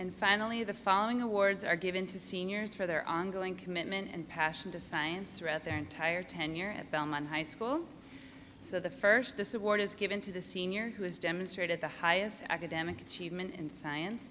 and finally the following awards are given to seniors for their ongoing commitment and passion to science read their entire tenure at belmont high school so the first this award is given to the senior who has demonstrated the highest academic achievement in science